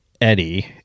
Eddie